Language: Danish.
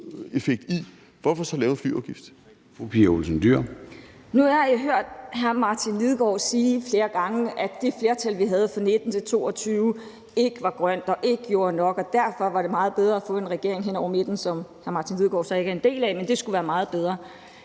Nu har jeg hørt hr. Martin Lidegaard sige flere gange, at det flertal, vi havde 2019-2022, ikke var grønt og ikke gjorde nok, og at derfor var det meget bedre at få en regering hen over midten, som hr. Martin Lidegaard jo så ikke er en del af, men det skulle være meget bedre.